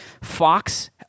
Fox